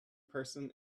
person